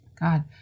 God